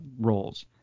roles